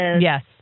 Yes